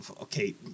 Okay